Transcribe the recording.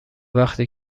وقتی